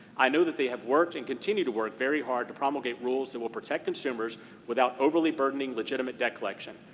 i know that they have worked and continued to work very hard to promulgate rules that will protect consumers without overly burdening legitimate debt collection.